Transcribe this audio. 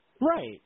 Right